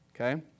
Okay